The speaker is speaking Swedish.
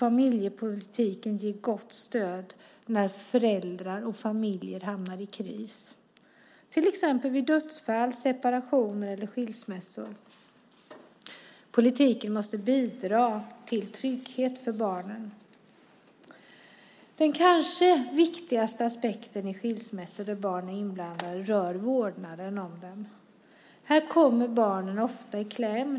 Familjepolitiken bör ge gott stöd när föräldrar och familjer hamnar i kris, till exempel vid dödsfall, separationer eller skilsmässor. Politiken måste bidra till trygghet för barnen. Den kanske viktigaste aspekten vid skilsmässor där barn är inblandade rör vårdnaden av dem. Här kommer barnen ofta i kläm.